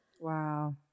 Wow